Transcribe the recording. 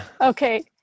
Okay